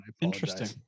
Interesting